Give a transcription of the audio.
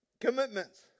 commitments